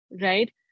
right